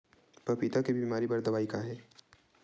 पपीता के बीमारी बर दवाई का हे?